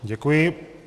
Děkuji.